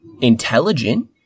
intelligent